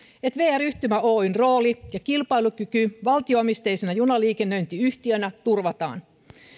että vr yhtymä oyn rooli ja kilpailukyky valtio omisteisena junaliikennöintiyhtiönä turvataan